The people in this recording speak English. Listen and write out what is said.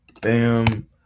Bam